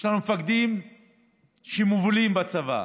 יש לנו מפקדים מובילים בצבא.